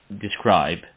describe